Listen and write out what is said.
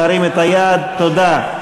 תודה.